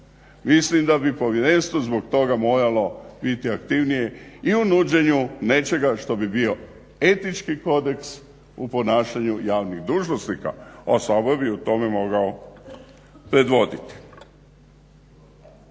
Mislim da bi povjerenstvo zbog toga moralo biti aktivnije i u nuđenju nečega što bi bio etički kodeks u ponašanju javnih dužnosnika a Sabor bi u tome mogao predvoditi.